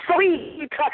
Sweet